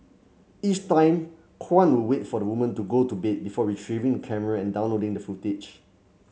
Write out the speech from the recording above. each time Kwan would wait for the woman to go to bed before retrieving the camera and downloading the footage